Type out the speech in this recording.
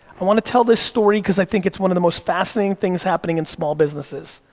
i wanna tell this story, cause i think it's one of the most fascinating things happening in small businesses.